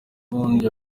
ubundi